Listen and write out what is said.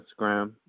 Instagram